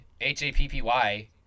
H-A-P-P-Y